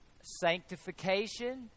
sanctification